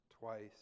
twice